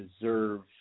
deserve